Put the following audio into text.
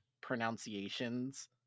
pronunciations